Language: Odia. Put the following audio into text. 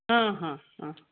ହଁ ହଁ ହଁ